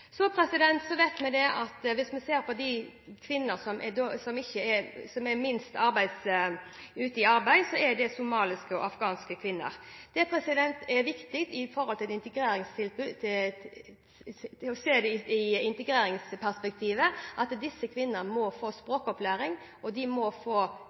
Så vet vi at de kvinnene som er minst ute i arbeid, er somaliske og afghanske kvinner. Det er viktig i et integreringsperspektiv at disse kvinnene må få språkopplæring, de må få utdanning, og de må få